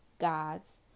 gods